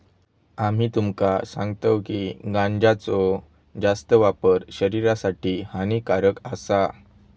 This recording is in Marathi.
आम्ही तुमका सांगतव की गांजाचो जास्त वापर शरीरासाठी हानिकारक आसा